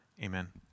amen